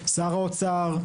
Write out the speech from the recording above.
שר האוצר,